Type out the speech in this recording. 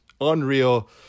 unreal